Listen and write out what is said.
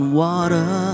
water